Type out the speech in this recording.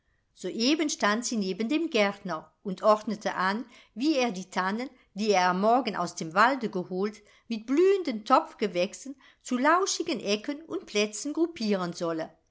soeben stand sie neben dem gärtner und ordnete an wie er die tannen die er am morgen aus dem walde geholt mit blühenden topfgewächsen zu lauschigen ecken und plätzen gruppieren solle